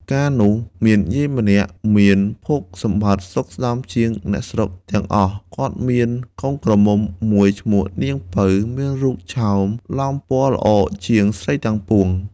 កាលនោះ មានយាយម្នាក់មានភោគសម្បត្តិស្តុកស្តម្ភជាងអ្នកស្រុកទាំងអស់ គាត់មានកូនក្រមុំមួយឈ្មោះនាងពៅ មានរូបឆោមលោមពណ៌‌ល្អជាងស្រីទាំងពួង។